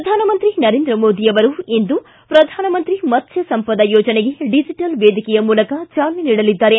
ಪ್ರಧಾನಮಂತ್ರಿ ನರೇಂದ್ರ ಮೋದಿ ಅವರು ಇಂದು ಪ್ರಧಾನಮಂತ್ರಿ ಮತ್ವ್ಯ ಸಂಪದ ಯೋಜನೆಗೆ ಡಿಜಿಟಲ್ ವೇದಿಕೆಯ ಮೂಲಕ ಚಾಲನೆ ನೀಡಲಿದ್ದಾರೆ